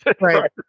Right